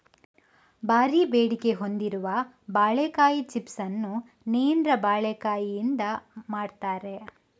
ಭಾರೀ ಬೇಡಿಕೆ ಹೊಂದಿರುವ ಬಾಳೆಕಾಯಿ ಚಿಪ್ಸ್ ಅನ್ನು ನೇಂದ್ರ ಬಾಳೆಕಾಯಿಯಿಂದ ಮಾಡ್ತಾರೆ